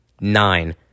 Nine